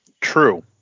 True